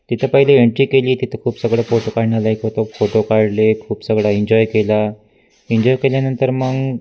तिथं पहिली एन्ट्री केली तिथं खूप सगळं फोटो काढण्यालायक होतं फोटो काढले आहेत खूप सगळं एन्जॉय केलं एन्जॉय केल्यानंतर मग